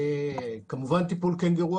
כמובן טיפול קנגורו,